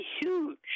huge